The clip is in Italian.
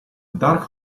dark